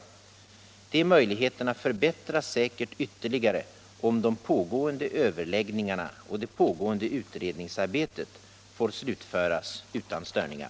De möjligheterna förbättras säkert ytterligare om de pågående överläggningarna och det pågående utredningsarbetet får slutföras utan störningar.